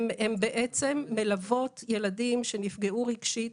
הן בעצם מלוות ילדים שנפגעו רגשית.